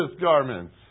garments